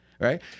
right